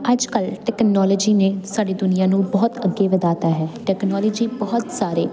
ਅੱਜ ਕੱਲ ਟੈਕਨੋਲੋਜੀ ਨੇ ਸਾਡੀ ਦੁਨੀਆਂ ਨੂੰ ਬਹੁਤ ਅੱਗੇ ਵਧਾਤਾ ਹੈ ਟੈਕਨੋਲਜੀ ਬਹੁਤ ਸਾਰੇ